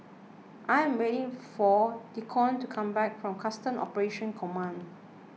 I am waiting for Deacon to come back from Customs Operations Command